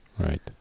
Right